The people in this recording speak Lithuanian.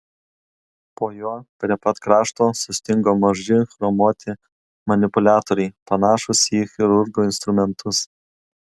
po juo prie pat krašto sustingo maži chromuoti manipuliatoriai panašūs į chirurgo instrumentus